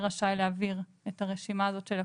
רשאי להעביר את הרשימה הזאת של הכוננים,